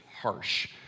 harsh